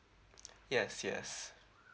yes yes